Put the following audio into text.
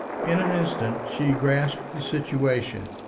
in an instant she grasped the situation.